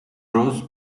ross